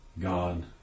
God